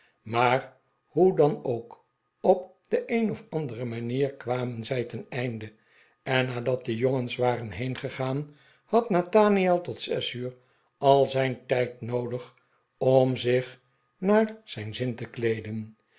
maar hoe dan ook op de een of andere manier kwamen zij ten einde en nadat de jongens waren heengegaan had nathaniel tot zes uur al zijn tijd noodig om zich naar zijn zijn zin te kleeden